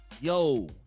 yo